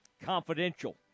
confidential